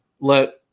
let